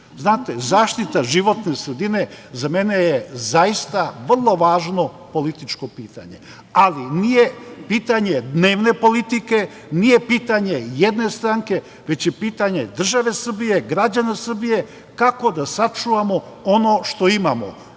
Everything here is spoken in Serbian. Znate, zaštita životne sredine za mene je zaista vrlo važno političko pitanje, ali nije pitanje dnevne politike, nije pitanje jedne stranke, već je pitanje države Srbije, građana Srbije, kako da sačuvamo ono što imamo,